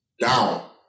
down